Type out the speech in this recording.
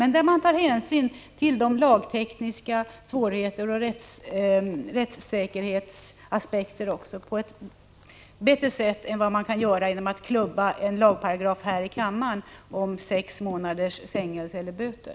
Man får ta hänsyn till lagtekniska svårigheter och rättssäkerhetsaspekter på ett bättre sätt än om man skulle klubba en lag här i kammaren om sex månaders fängelse eller böter.